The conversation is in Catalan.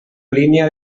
línia